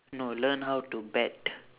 no learn how to bet